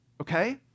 okay